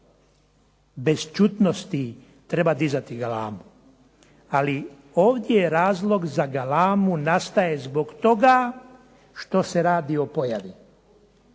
bešćutnosti treba dizati galamu. Ali ovdje razlog za galamu nastaje zbog toga što se radi o pojavi.